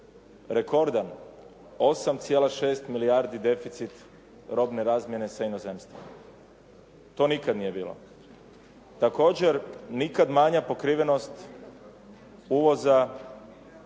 rekordan, 8,6 deficit robne razmjene sa inozemstvom. To nikad nije bilo. Također, nikad manja pokrivenost uvoza